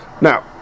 Now